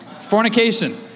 Fornication